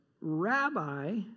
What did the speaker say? Rabbi